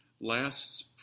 lasts